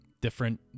different